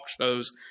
shows